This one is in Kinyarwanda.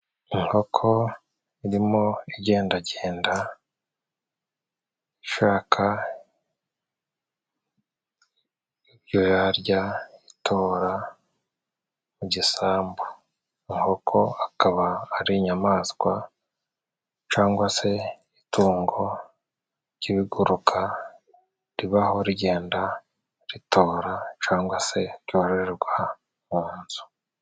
Inkoko irimo igendagenda ishaka ibyo yarya, itora mu gisambu. Inkoko ikaba ari inyamaswa cyangwa se itungo ry'ibiguruka, ribaho rigenda ritora, cyangwa se ryororerwa mu nzu.